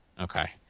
Okay